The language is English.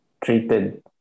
treated